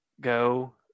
go